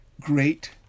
Great